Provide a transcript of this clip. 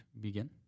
begin